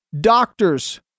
doctors